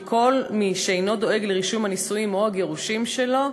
כי כל מי שאינו דואג לרישום הנישואים או הגירושים שלו,